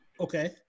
okay